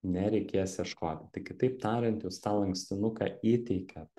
nereikės ieškoti tai kitaip tariant jūs tą lankstinuką įteikiat